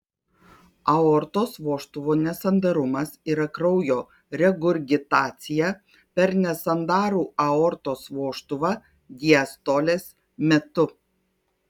aortos vožtuvo nesandarumas yra kraujo regurgitacija per nesandarų aortos vožtuvą diastolės metu